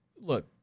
look